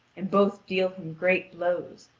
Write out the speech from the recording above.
and both deal him great blows,